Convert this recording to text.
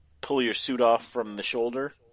pull-your-suit-off-from-the-shoulder